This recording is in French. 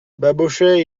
babochet